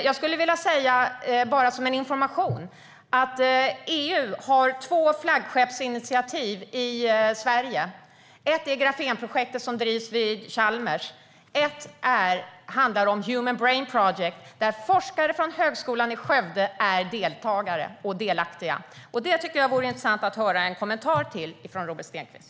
Jag skulle vilja säga, bara som information, att EU har två flaggskeppsinitiativ i Sverige. Ett är grafenprojektet, som drivs vid Chalmers. Det andra är the Human Brain Project, där forskare från Högskolan i Skövde är deltagare och delaktiga. Det tycker jag vore intressant att höra en kommentar till från Robert Stenkvist.